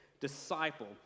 disciple